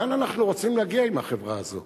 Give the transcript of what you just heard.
לאן אנחנו רוצים להגיע בחברה הזאת?